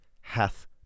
hath